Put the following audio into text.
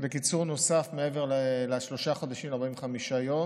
לקיצור נוסף, מעבר לשלושת החודשים, ל-45 היום,